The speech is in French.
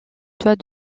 doit